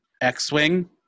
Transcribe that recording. X-wing